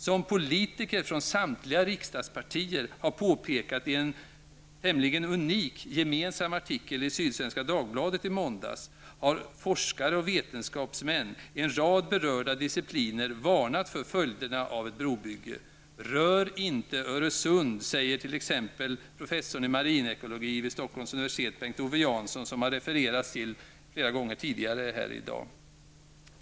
Som politiker från samtliga riksdagspartier har påpekat i en tämligen unik gemensam artikel i Sydsvenska Dagbladet i måndags, har forskare och vetenskapsmän i en rad discipliner varnat för följderna av ett brobygge. ''Rör inte Öresund'', säger t.ex. professorn i marinekologi vid Stockholms unversitet, Bengt-Owe Jansson. Det har refererats till honom flera gånger tidigare här i dag.